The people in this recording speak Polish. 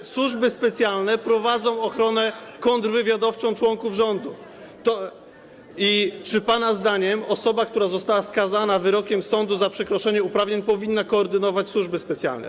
Czy służby specjalne prowadzą ochronę kontrwywiadowczą członków rządu i czy, pana zdaniem, osoba, która została skazana wyrokiem sądu za przekroczenie uprawnień powinna koordynować służby specjalne?